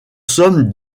sommes